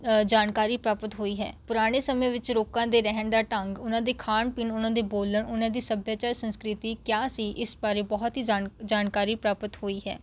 ਅ ਜਾਣਕਾਰੀ ਪ੍ਰਾਪਤ ਹੋਈ ਹੈ ਪੁਰਾਣੇ ਸਮੇਂ ਵਿੱਚ ਲੋਕਾਂ ਦੇ ਰਹਿਣ ਦਾ ਢੰਗ ਉਹਨਾਂ ਦੇ ਖਾਣ ਪੀਣ ਉਹਨਾਂ ਦੇ ਬੋਲਣ ਉਹਨੇ ਦੇ ਸੱਭਿਆਚਾਰ ਸੰਸਕ੍ਰਿਤੀ ਕਿਆ ਸੀ ਇਸ ਬਾਰੇ ਬਹੁਤ ਹੀ ਜਾਣ ਜਾਣਕਾਰੀ ਪ੍ਰਾਪਤ ਹੋਈ ਹੈ